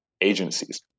agencies